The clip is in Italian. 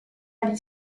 agli